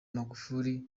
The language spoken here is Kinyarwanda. magufuli